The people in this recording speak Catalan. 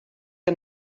que